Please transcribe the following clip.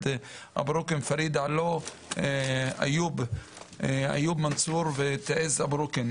את איוב מנסור ואת מזיד אבו רוקן,